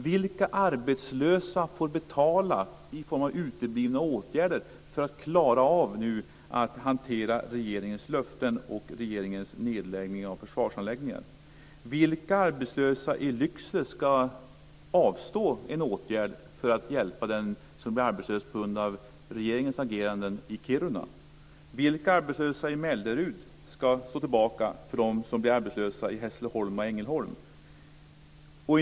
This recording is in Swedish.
Vilka arbetslösa i Lycksele ska avstå en åtgärd för att hjälpa den som blir arbetslös på grund av regeringens agerande i Kiruna? Vilka arbetslösa i Mellerud ska stå tillbaka för dem som blir arbetslösa i Hässleholm och Ängelholm?